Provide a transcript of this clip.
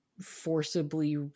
forcibly